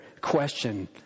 question